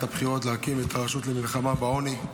הבחירות להקים את הרשות למלחמה בעוני: